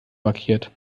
markiert